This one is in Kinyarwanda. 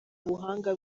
ubuhanga